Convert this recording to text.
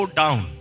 down